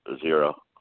zero